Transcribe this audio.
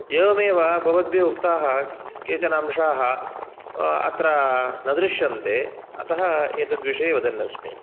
एवमेव भवद्भिः उक्ताः केचनांशः अत्र न दृश्यन्ते अतः एतद् विषय वदन् अस्मि